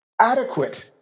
adequate